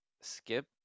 skip